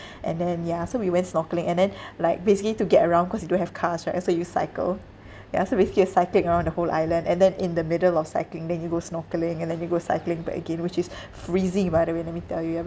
and then ya so we went snorkelling and then like basically to get around cause you don't have cars right so you cycle ya so basically you're cycling around the whole island and then in the middle of cycling then you go snorkelling and then you go cycling back again which is freezing by the way let me tell you